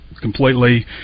completely